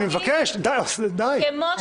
אני מבקש, די, אוסנת, די.